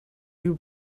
you